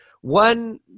One